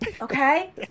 Okay